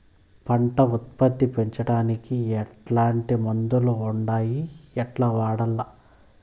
పంట ఉత్పత్తి పెంచడానికి ఎట్లాంటి మందులు ఉండాయి ఎట్లా వాడల్ల?